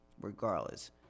regardless